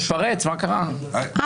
אם